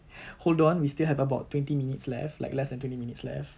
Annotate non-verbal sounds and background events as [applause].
[breath] hold on we still have about twenty minutes left like less than twenty minutes left